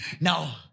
Now